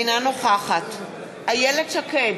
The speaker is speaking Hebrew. אינה נוכחת איילת שקד,